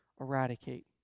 eradicate